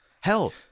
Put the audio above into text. Hell